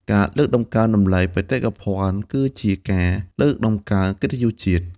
ការលើកតម្កើងតម្លៃបេតិកភណ្ឌ គឺជាការលើកតម្កើងកិត្តិយសជាតិ។